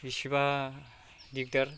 बेसेबा दिगदार